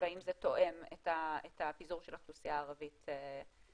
והאם זה תואם את הפיזור של האוכלוסייה הערבית בארץ.